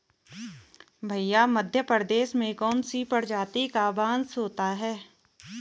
भैया मध्य प्रदेश में कौन सी प्रजाति का बांस होता है?